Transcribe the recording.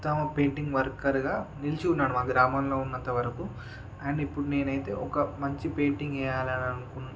ఉత్తమ పెయింటింగ్ వర్కర్గా నిలిచి ఉన్నాను మా గ్రామంలో ఉన్నంత వరకు అండ్ ఇప్పుడు నేనైతే ఒక మంచి పెయింటింగ్ వేయాలని అని అన్ కు